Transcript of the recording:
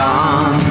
on